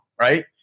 right